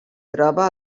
troba